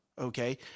Okay